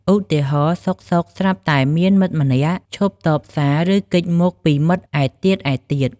ឧទាហរណ៍ សុខៗស្រាប់តែមានមិត្តម្នាក់ឈប់តបសារ ឬ គេចមុខពីមិត្តឯទៀតៗ។